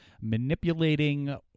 manipulating